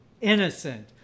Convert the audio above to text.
innocent